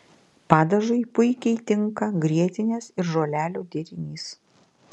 padažui puikiai tinka grietinės ir žolelių derinys